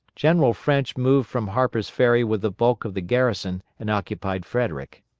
general french moved from harper's ferry with the bulk of the garrison and occupied frederick.